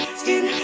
skin